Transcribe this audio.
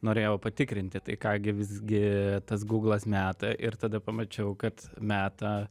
norėjau patikrinti tai ką gi visgi tas gūglas meta ir tada pamačiau kad meta